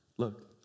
Look